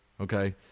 okay